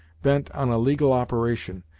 bent on a legal operation,